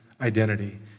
identity